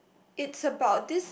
it's about this